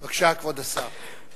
בבקשה, כבוד השר.